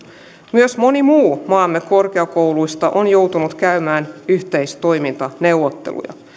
myös moni muu maamme korkeakouluista on joutunut käymään yhteistoimintaneuvotteluja